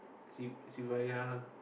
Si~ Sivaya